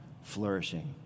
flourishing